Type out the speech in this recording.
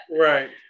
right